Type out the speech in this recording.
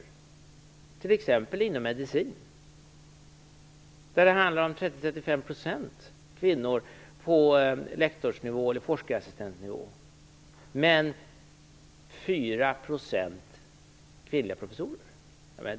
Det gäller t.ex. inom medicinen, där andelen kvinnor på lektorsnivå eller forskarassistentsnivå är 30-35 %, medan man däremot har 4 % kvinnliga professorer.